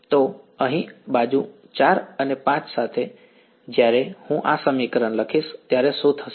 તો અહીં બાજુ 4 અને 5 સાથે જ્યારે હું આ સમીકરણ લખીશ ત્યારે શું થશે